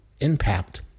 Impact